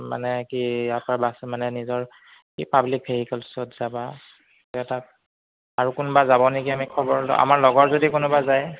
মানে কি ইয়াৰ পা বাছ মানে নিজৰ কি পাব্লিক ভেহিকেলছত যাবা যে তাত আৰু কোনোবা যাব নেকি আমি খবৰ ল আমাৰ লগৰ যদি কোনোবা যায়